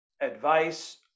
advice